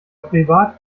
privat